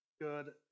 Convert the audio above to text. good